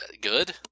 good